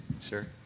sure